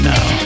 Now